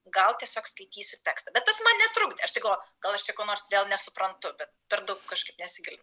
gal tiesiog skaitysiu tekstą bet tas man netrukdė aš tai galvojau gal aš čia ko nors vėl nesuprantu bet per daug kažkaip nesigilinau